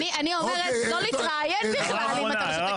אני אומרת לא להתראיין בכלל אם אתה לא שותה קפה.